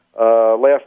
last